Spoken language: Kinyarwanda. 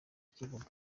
kivuga